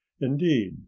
Indeed